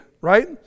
right